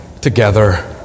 together